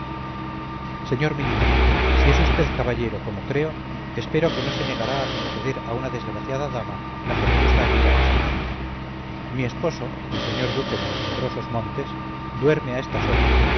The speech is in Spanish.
señor militar si es usted caballero como creo espero que no se negará a conceder a una desgraciada dama la generosa ayuda que solicita mi esposo el señor duque de los umbrosos montes duerme a estas horas